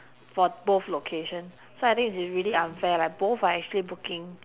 for both location so I think it's really unfair like both are actually booking